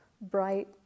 bright